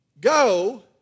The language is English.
Go